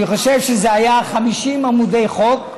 אני חושב שזה היה 50 עמודי חוק,